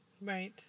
Right